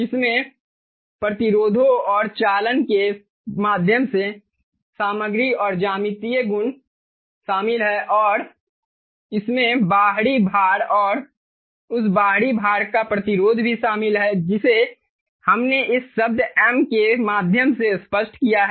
इसमें प्रतिरोधों और चालन के माध्यम से सामग्री और ज्यामितीय गुण शामिल हैं और इसमें बाहरी भार और उस बाहरी भार का प्रतिरोध भी शामिल है जिसे हमने इस शब्द m के माध्यम से स्पष्ट किया है